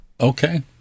Okay